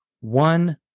One